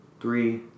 Three